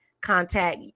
contact